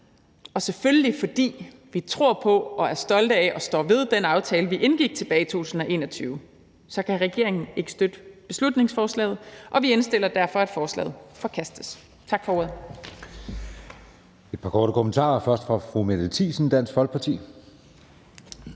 og selvfølgelig fordi vi tror på og er stolte af og står ved den aftale, vi indgik tilbage i 2021, kan regeringen ikke støtte beslutningsforslaget, og vi indstiller derfor forslaget til forkastelse. Tak for ordet.